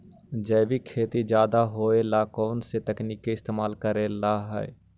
जैविक खेती ज्यादा होये ला कौन से तकनीक के इस्तेमाल करेला हई?